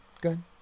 good